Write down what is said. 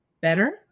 better